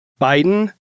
Biden